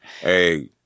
Hey